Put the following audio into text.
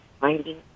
finding